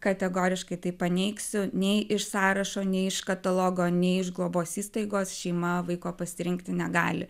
kategoriškai tai paneigsiu nei iš sąrašo nei iš katalogo nei iš globos įstaigos šeima vaiko pasirinkti negali